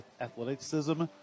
athleticism